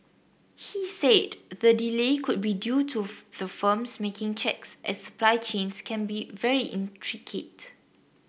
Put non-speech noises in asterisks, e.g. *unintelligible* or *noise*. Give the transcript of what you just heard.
he said the delay could be due to *unintelligible* the firms making checks as supply chains can be very intricate